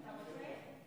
בדיוק.